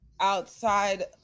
outside